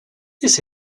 this